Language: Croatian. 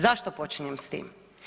Zašto počinjem s tim?